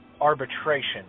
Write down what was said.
arbitration